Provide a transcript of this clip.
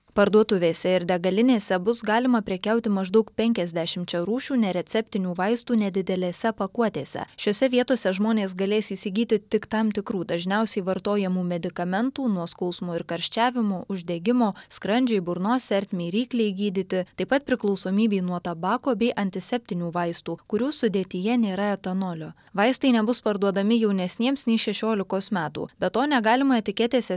parduotuvėse ir degalinėse bus galima prekiauti maždaug penkiasdešimčia rūšių nereceptinių vaistų nedidelėse pakuotėse šiose vietose žmonės galės įsigyti tik tam tikrų dažniausiai vartojamų medikamentų nuo skausmo ir karščiavimo uždegimo skrandžiui burnos ertmei ryklei gydyti taip pat priklausomybei nuo tabako bei antiseptinių vaistų kurių sudėtyje nėra etanolio vaistai nebus parduodami jaunesniems nei šešiolikos metų be to negalima etiketėse